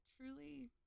truly